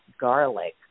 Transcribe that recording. garlic